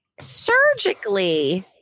surgically